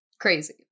Crazy